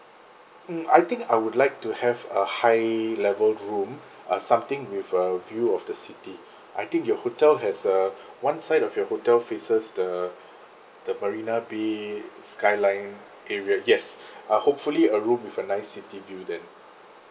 mm I think I would like to have a high level room uh something with a view of the city I think your hotel has uh one side of your hotel faces the the marina bay skyline area yes uh hopefully a room with a nice city view then